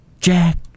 Jack